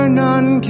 none